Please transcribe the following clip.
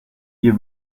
ihr